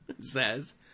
says